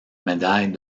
médaille